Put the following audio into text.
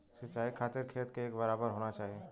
सिंचाई खातिर खेत के एक बराबर होना चाही